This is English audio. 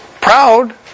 proud